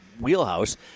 wheelhouse